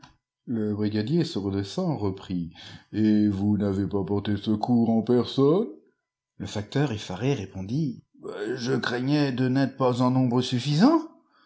le brigadier se redressant reprit et vous n'avez pas porté secours en personne le facteur effaré répondit je craignais de n'être pas en nombre suffisant